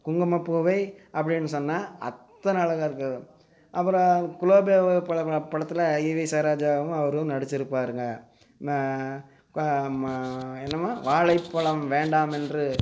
குங்குமப் பூவே அப்படின்னு சொன்னால் அத்தனை அழகாக இருக்கும் அப்பறம் குலோபியா படத்தில் இவி சரோஜாவும் அவரும் நடித்து இருப்பாருங்க கோ ம என்னம்மா வாழைப்பழம் வேண்டாம் என்று